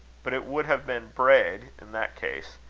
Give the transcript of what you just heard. but it would have been braid in that case.